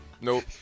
nope